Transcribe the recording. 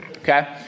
Okay